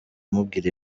amubwira